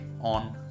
on